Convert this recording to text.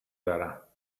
دارم